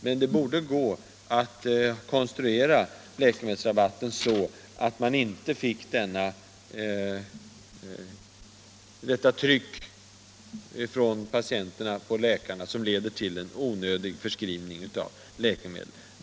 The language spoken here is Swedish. Men det borde gå att konstruera läkemedelsrabatten så att man inte fick detta tryck från patienterna på läkarna, vilket leder till en onödig förskrivning av läkemedel.